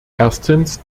erstens